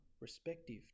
respective